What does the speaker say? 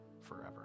forever